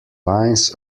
lines